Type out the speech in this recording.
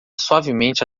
suavemente